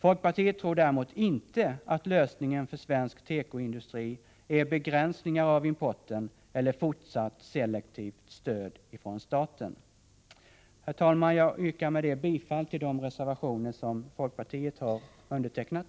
Folkpartiet tror däremot inte att lösningen för svensk tekoindustri är begränsningar av importen eller fortsatt selektivt stöd från staten. Herr talman! Med detta yrkar jag bifall till de reservationer som folkpartiet har undertecknat.